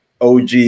OG